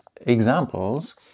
examples